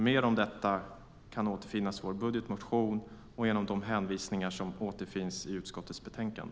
Mer om detta återfinns i vår budgetmotion och i de hänvisningar som finns i utskottets betänkande.